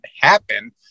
happen